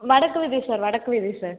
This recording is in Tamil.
வடக்கு வீதி சார் வடக்கு வீதி சார்